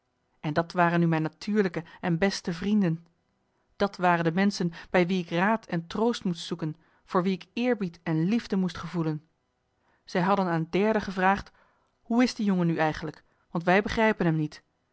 en dat waren nu mijn natuurlijke en beste vrienden dat waren de menschen bij wie ik raad en troost moest zoeken voor wie ik eerbied en liefde moest gevoelen zij hadden aan derden gevraagd hoe is die jongen nu eigenlijk want wij begrijpen hem niet